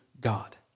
God